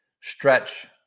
stretch